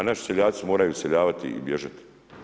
A naši seljaci moraju iseljavati i bježati.